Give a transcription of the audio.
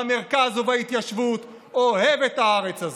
במרכז ובהתיישבות אוהב את הארץ הזאת,